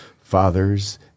father's